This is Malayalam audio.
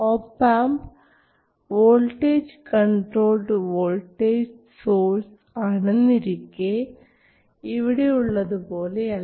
op amp voltage controlled voltage source ആണെന്നിരിക്കെ ഇവിടെ ഉള്ളതുപോലെ അല്ല